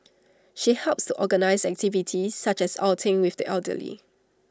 she helps to organise activities such as outings with the elderly